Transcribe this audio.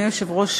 אדוני היושב-ראש,